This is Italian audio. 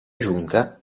giunta